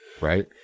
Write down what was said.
right